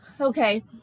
okay